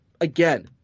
again